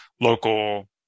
local